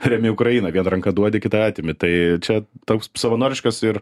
remi ukrainą viena ranka duodi kita atimi tai čia toks savanoriškas ir